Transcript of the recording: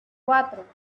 cuatro